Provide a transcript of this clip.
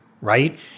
right